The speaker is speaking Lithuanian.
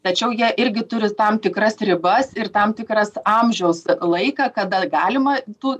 tačiau jie irgi turi tam tikras ribas ir tam tikras amžiaus laiką kada galima tų